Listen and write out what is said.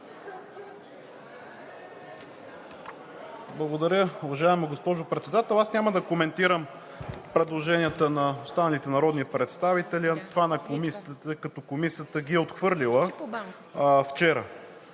Благодаря, госпожо Председател. Аз няма да коментирам предложенията на останалите народни представители, а това на Комисията, тъй като Комисията ги е отхвърлила вчера.